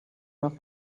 rock